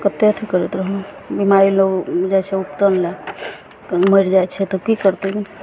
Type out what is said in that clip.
कतेक अथी करैत रहबै बिमारी लोग जाइ छै उपटैलए तऽ मरि जाइ छै तऽ की करतै